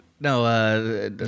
No